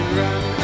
run